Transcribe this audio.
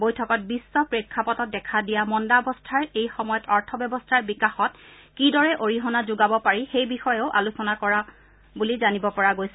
বৈঠকত বিশ্ব প্ৰেক্ষাপটত দেখা দিয়া মন্দাৱস্থাৰ এই সময়ত অৰ্থ ব্যৱস্থাৰ বিকাশত কিদৰে অৰিহণা যোগাব পাৰি সেই বিষয়েও আলোচনা কৰা বুলি জানিব পৰা গৈছে